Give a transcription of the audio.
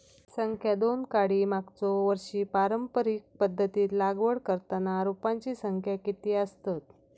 संख्या दोन काडी मागचो वर्षी पारंपरिक पध्दतीत लागवड करताना रोपांची संख्या किती आसतत?